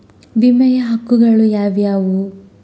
ವಿಮೆಯ ಹಕ್ಕುಗಳು ಯಾವ್ಯಾವು?